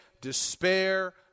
despair